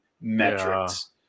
metrics